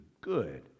good